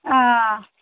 आ